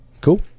cool